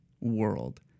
world